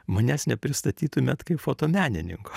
manęs nepristatytumėt kaip fotomenininko